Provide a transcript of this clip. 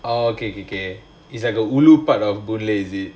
orh okay okay is like a ulu part of boon lay is it